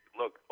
look